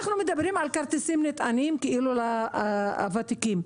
אנחנו מדברים על כרטיסים נטענים לאזרחים הוותיקים.